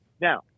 Now